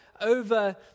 over